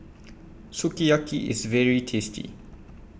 Sukiyaki IS very tasty